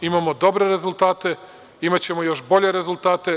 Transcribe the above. Imamo dobre rezultate, imaćemo još bolje rezultate.